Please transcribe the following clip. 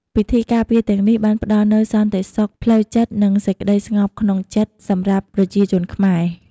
ពិធីការពារទាំងនេះបានផ្តល់នូវសន្តិសុខផ្លូវចិត្ត និងសេចក្តីស្ងប់ក្នុងចិត្តសម្រាប់ប្រជាជនខ្មែរ។